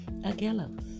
Agelos